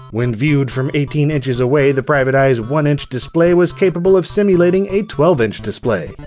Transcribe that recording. when viewed from eighteen inches away, the private eye's one-inch display was capable of simulating a twelve inch display.